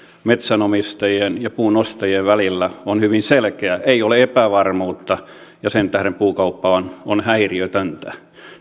metsänomistajien ja puunostajien välillä on hyvin selkeä ei ole epävarmuutta ja sen tähden puukauppa on häiriötöntä